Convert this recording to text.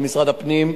על משרד הפנים,